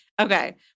Okay